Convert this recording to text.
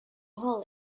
whole